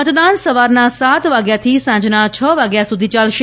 મતદાન સવારના સાત વાગ્યાથી સાંજના છ વાગ્યા સુધી ચાલશે